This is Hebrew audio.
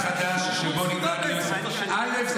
איכות סביבה בעזרת השם.